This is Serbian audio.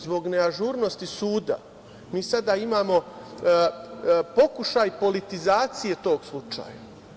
Zbog neažurnosti suda mi sada imamo pokušaj politizacije tog slučaja.